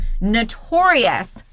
notorious